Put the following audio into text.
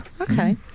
Okay